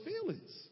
feelings